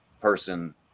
person